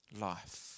life